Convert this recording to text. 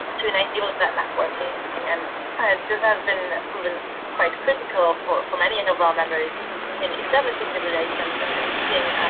to and i mean that networking. and this has been proven quite critical for for many of our members in establishing the relations and and meeting